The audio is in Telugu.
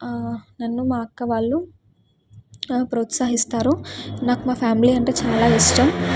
నన్ను మా అక్క వాళ్ళు ప్రోత్సహిస్తారు నాకు మా ఫ్యామిలీ అంటే చాలా ఇష్టం